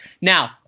now